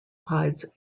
hides